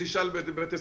לבתי הספר.